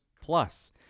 plus